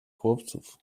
chłopców